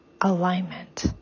alignment